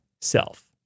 self